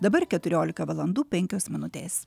dabar keturiolika valandų penkios minutės